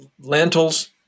lentils